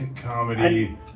comedy